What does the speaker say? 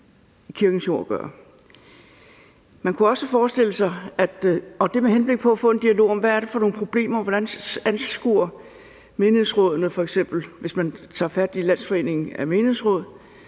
kirkens jord at gøre, og det skulle være med henblik på at få en dialog om, hvad det er for nogle problemer, f.eks. hvordan menighedsrådene anskuer det. Hvis man tager fat i Landsforeningen af Menighedsråd